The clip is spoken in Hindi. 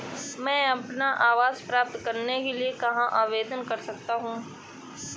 मैं अपना आवास प्राप्त करने के लिए कहाँ आवेदन कर सकता हूँ?